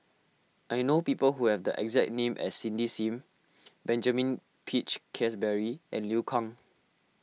I know people who have the exact name as Cindy Sim Benjamin Peach Keasberry and Liu Kang